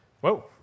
Whoa